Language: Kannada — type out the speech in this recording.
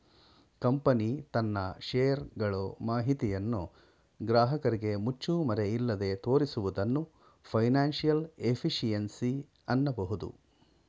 ಕಂಪನಿ ತನ್ನ ಶೇರ್ ಗಳು ಮಾಹಿತಿಯನ್ನು ಗ್ರಾಹಕರಿಗೆ ಮುಚ್ಚುಮರೆಯಿಲ್ಲದೆ ತೋರಿಸುವುದನ್ನು ಫೈನಾನ್ಸಿಯಲ್ ಎಫಿಷಿಯನ್ಸಿ ಅನ್ನಬಹುದು